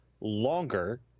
longer